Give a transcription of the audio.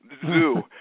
zoo